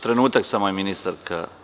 Trenutak samo je ministarka…